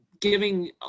giving